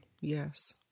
Yes